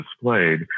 displayed